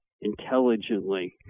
intelligently